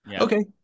Okay